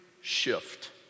Shift